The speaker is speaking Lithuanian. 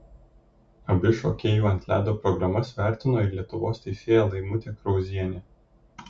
abi šokėjų ant ledo programas vertino ir lietuvos teisėja laimutė krauzienė